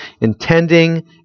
intending